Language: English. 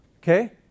Okay